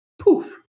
poof